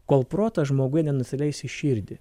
kol protas žmoguje nenusileis į širdį